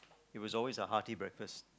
it was always a hearty breakfast